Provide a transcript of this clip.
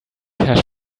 hash